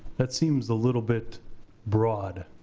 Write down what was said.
that seems a little bit broad.